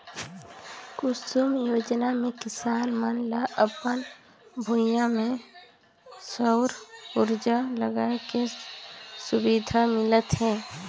कुसुम योजना मे किसान मन ल अपन भूइयां में सउर उरजा लगाए के सुबिधा मिलत हे